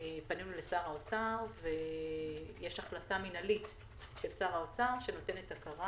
פנינו לשר האוצר ויש החלטה מינהלית של שר האוצר שנותנת הכרה